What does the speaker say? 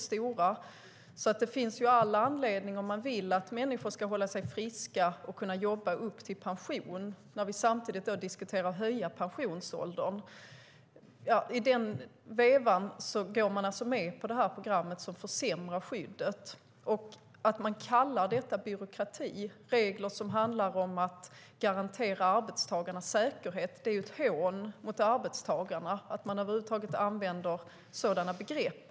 Det finns all anledning att tänka på detta om man vill att människor ska hålla sig friska och kunna jobba fram till pensionen - samtidigt som vi diskuterar en höjning av pensionsåldern. I den vevan går man alltså med på det här programmet, som försämrar skyddet. Att man kallar regler som handlar om att garantera arbetstagarnas säkerhet för byråkrati är ett hån mot arbetstagarna. Det är ett hån att man över huvud taget använder sådana begrepp.